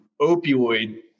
opioid